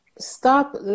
Stop